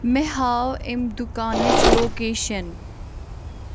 مےٚ ہاو اَمہِ دُکانٕچ لوکیشن